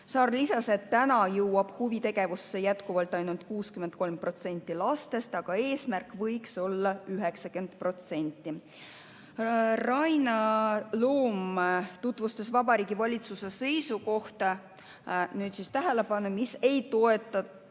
Saar lisas, et huvitegevusse jõuab jätkuvalt ainult 63% lastest, aga eesmärk võiks olla 90%.Raina Loom tutvustas Vabariigi Valitsuse seisukohta – nüüd siis tähelepanu! –, mis ei toeta